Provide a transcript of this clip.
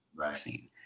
vaccine